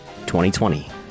2020